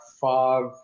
five